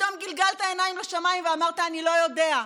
פתאום גלגלת לשמיים ואמרת: אני לא יודע.